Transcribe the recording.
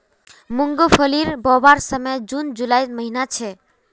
मूंगफली बोवार समय जून जुलाईर महिना छे